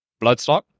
Bloodstock